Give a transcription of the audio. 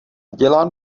dělám